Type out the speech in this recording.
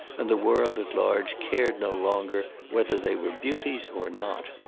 and the world at large cared no longer whether they were beauties or not.